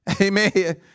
Amen